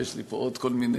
ויש לי פה עוד כל מיני.